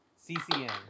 CCN